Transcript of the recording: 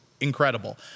incredible